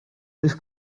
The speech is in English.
this